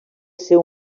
ser